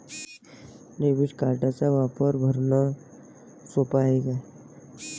Debit कार्डचा वापर भरनं सोप हाय का?